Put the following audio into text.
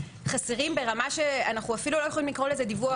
חסרים ברמה שאנחנו אפילו לא יכולים לקרוא לזה דיווח,